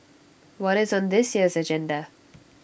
what is on this year's agenda